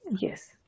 Yes